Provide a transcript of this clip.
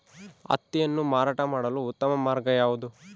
ಹತ್ತಿಯನ್ನು ಮಾರಾಟ ಮಾಡಲು ಉತ್ತಮ ಮಾರ್ಗ ಯಾವುದು?